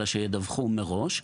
אלא שידווחו מראש,